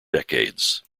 decades